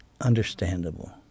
understandable